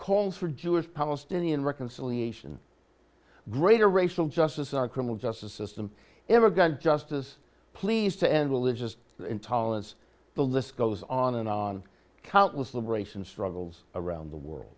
calls for jewish palestinian reconciliation greater racial justice our criminal justice system ever got justice pleas to end religious intolerance the list goes on and on countless liberation struggles around the world